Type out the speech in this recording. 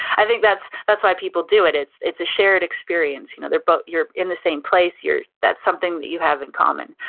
i think that's that's why people do it it's it's a shared experience. you know they're both, you're in the same place, you're, that's something that you have in common.